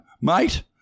mate